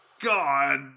God